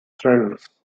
settlers